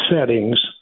settings